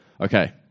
Okay